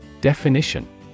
Definition